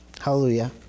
Hallelujah